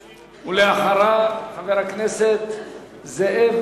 ואחריו, חבר הכנסת זאב